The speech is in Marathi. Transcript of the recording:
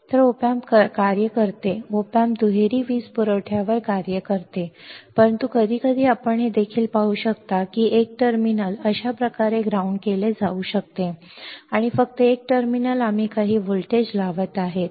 तर op amp कार्य करते op amp दुहेरी वीज पुरवठ्यावर कार्य करते परंतु कधीकधी आपण हे देखील पाहू की एक टर्मिनल अशा प्रकारे ग्राउंड केले जाऊ शकते आणि फक्त एक टर्मिनल आम्ही काही व्होल्टेज लावत आहोत